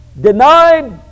denied